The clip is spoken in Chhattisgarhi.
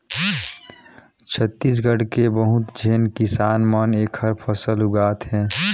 छत्तीसगढ़ के बहुत झेन किसान मन एखर फसल उगात हे